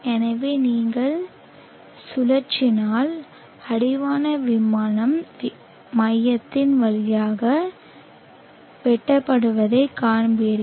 எனவே நீங்கள் சுழற்றினால் அடிவான விமானம் மையத்தின் வழியாக வெட்டப்படுவதைக் காண்பீர்கள்